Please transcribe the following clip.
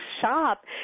Shop